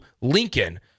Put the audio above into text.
Lincoln